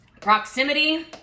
proximity